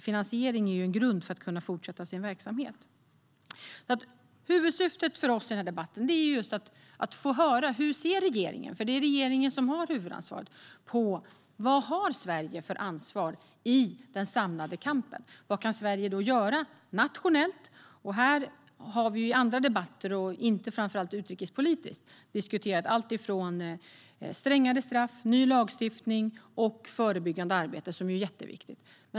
Finansiering är ju en grund för Daish att fortsätta sin verksamhet. Huvudsyftet för oss i den här debatten är alltså att just få höra hur regeringen - för det är regeringen som har huvudansvaret - ser på vad Sverige har för ansvar i den samlade kampen. Vad kan Sverige göra nationellt? Här har vi i andra debatter, inte framför allt utrikespolitiskt, diskuterat alltifrån strängare straff och ny lagstiftning till förebyggande arbete, som ju är jätteviktigt.